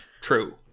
True